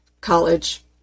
college